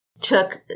took